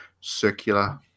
circular